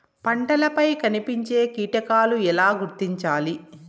పంటలపై కనిపించే కీటకాలు ఎలా గుర్తించాలి?